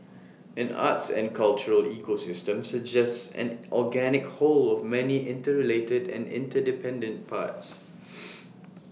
an arts and cultural ecosystem suggests an organic whole of many interrelated and interdependent parts